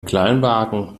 kleinwagen